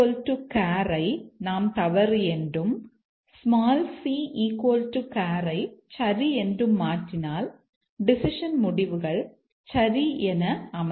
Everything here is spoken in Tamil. C CHAR ஐ நாம் தவறு என்றும் c CHAR ஐ சரி என்றும் மாற்றினால் டெசிஷன் முடிவுகள் சரி என அமையும்